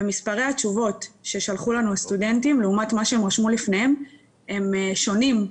ומספרי התשובות ששלחו לנו הסטודנטים לעומת מה שהם רשמו לפניהם הם שונים.